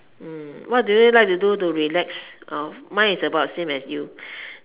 mm what do you like to do to relax mine is about the same as you